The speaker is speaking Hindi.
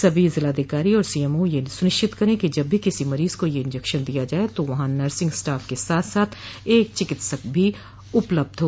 सभी जिलाधिकारी और सी एमओ यह सुनिश्चित करें कि जब भी किसी मरीज को यह इंजेक्शन दिया जाये तो वहां नर्सिंग स्टाफ के साथ साथ एक चिकित्सक भी उपलब्ध हो